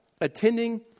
Attending